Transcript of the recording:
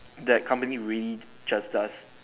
that company really just does